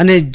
અને જી